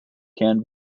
can